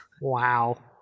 wow